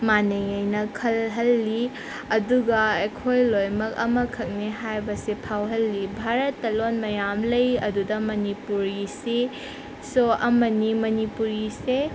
ꯃꯥꯅꯩ ꯑꯅ ꯈꯜꯍꯜꯂꯤ ꯑꯗꯨꯒ ꯑꯩꯈꯣꯏ ꯂꯣꯏꯅꯃꯛ ꯑꯃꯈꯛꯅꯦ ꯍꯥꯏꯕꯁꯦ ꯐꯥꯎꯍꯜꯂꯤ ꯚꯥꯔꯠꯇ ꯂꯣꯟ ꯃꯌꯥꯝ ꯂꯩ ꯑꯗꯨꯗ ꯃꯅꯤꯄꯨꯔꯤꯁꯤ ꯁꯣ ꯑꯃꯅꯤ ꯃꯅꯤꯄꯨꯔꯤꯁꯦ